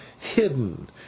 hidden